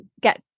get